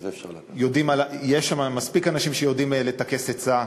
יש שם מספיק אנשים שיודעים לטכס עצה.